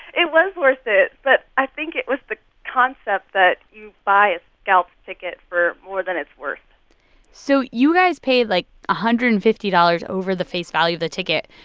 it was worth it. but i think it was the concept that you buy a scalped ticket for more than it's worth so you guys paid, like, one hundred and fifty dollars over the face value of the ticket.